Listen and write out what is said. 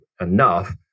enough